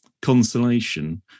consolation